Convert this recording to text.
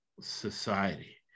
society